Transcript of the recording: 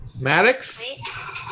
Maddox